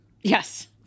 Yes